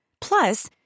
Plus